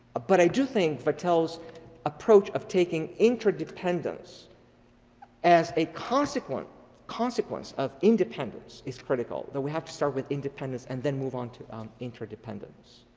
but i do think vattel's approach of taking interdependence as a consequent consequence of independence is critical that we have to start with independence and then move on to interdependence.